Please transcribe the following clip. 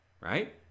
right